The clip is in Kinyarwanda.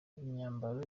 imyambaro